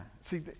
See